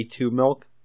milk